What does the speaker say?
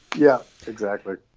yeah. exactly.